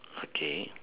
okay